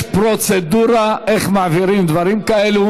יש פרוצדורה איך מעבירים דברים כאלה,